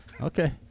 Okay